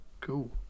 Cool